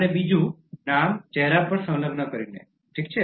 અને બીજો નામ ચહેરા પર સંલગ્ન કરીને ઠીક છે